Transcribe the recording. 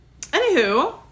Anywho